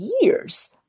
years